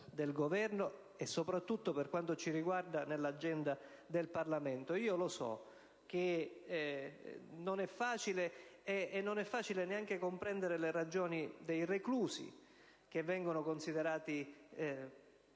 So anche che non è facile comprendere le ragioni dei reclusi, che vengono considerati